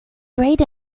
great